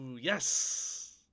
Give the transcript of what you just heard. Yes